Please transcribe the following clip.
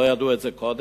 לא ידעו את זה קודם,